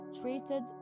treated